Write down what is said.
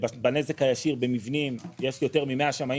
בנזק הישיר במבנים יש יותר ממאה שמאים